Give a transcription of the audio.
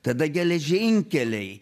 tada geležinkeliai